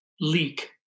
leak